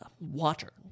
water